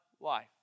life